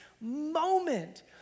moment